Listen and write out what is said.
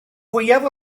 fwyaf